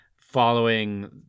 following